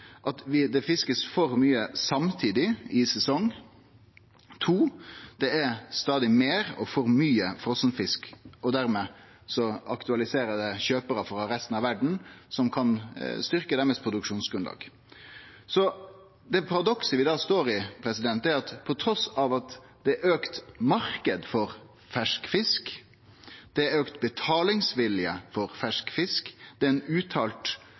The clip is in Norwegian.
det første at det blir fiska for mykje samtidig, i sesong. For det andre er det stadig meir og for mykje frosenfisk, og dermed aktualiserer det kjøparar frå resten av verda som kan styrkje sitt produksjonsgrunnlag. Det paradokset vi da står i, er at trass i at det er ein auka marknad for fersk fisk, det er auka betalingsvilje for fersk fisk, det er ein uttalt